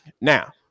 Now